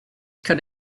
can